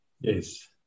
Yes